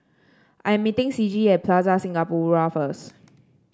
I am meeting Ciji at Plaza Singapura first